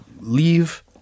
leave